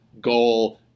goal